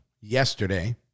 yesterday